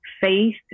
faith